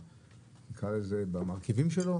במרכיבים שלו,